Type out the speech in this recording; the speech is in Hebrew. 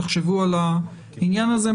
תחשבו על העניין הזה.